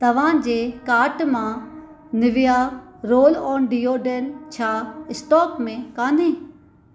तव्हांजे कार्ट मां Nivea roll on deodorant छा स्टॅाक में कोन्हे